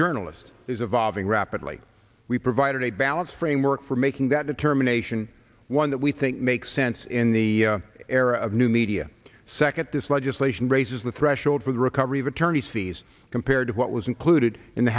journalist is evolving rapidly we provided a balance framework for making that determination one that we think makes sense in the era of new media second this legislation raises the threshold for the recovery of attorneys fees compared to what was included in the